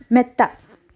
മെത്ത